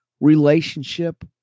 relationship